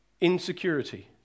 insecurity